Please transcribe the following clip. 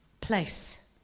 place